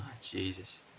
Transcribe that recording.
Jesus